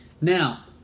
now